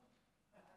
הרווחה והבריאות נתקבלה.